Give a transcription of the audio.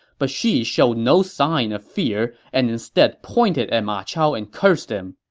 but she showed no sign of fear and instead pointed at ma chao and cursed him.